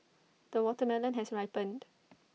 the watermelon has ripened